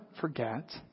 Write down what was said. forget